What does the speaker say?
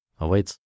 awaits